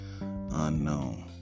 Unknown